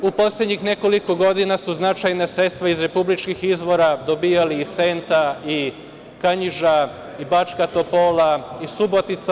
U poslednjih nekoliko godina su značajna sredstva iz republičkih izvora dobijali Senta, Kanjiža, Bačka Topola i Subotica.